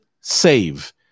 save